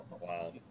wow